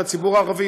לציבור הערבי,